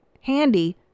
handy